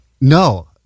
No